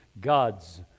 God's